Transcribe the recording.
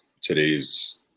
today's